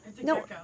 No